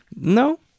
No